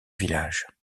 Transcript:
village